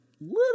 little